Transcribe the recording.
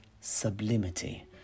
sublimity